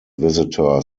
visitor